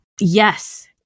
Yes